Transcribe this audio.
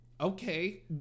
Okay